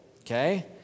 Okay